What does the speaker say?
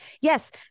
Yes